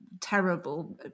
terrible